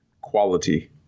quality